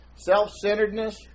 Self-centeredness